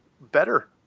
better